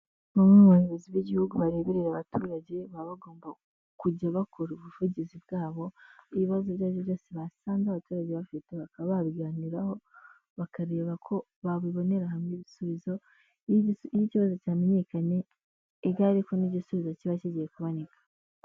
Bamwe mu bayobozi b'igihugu bareberera abaturage, baba bagomba kujya bakora ubuvugizi bwabo, ibibazo ibyo aribyo byose basanze abaturage bafite bakaba babiganiraho, bakareba ko babibonera hamwe ibisubizo, iyo ikibazo cyamenyekanye egare ko n'igisubizo kiba kigiye kuboneka.